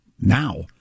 now